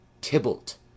Tybalt